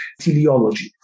teleology